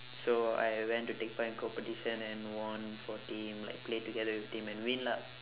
so I went to take part in competition and won for team like play together with team and win lah